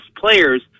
players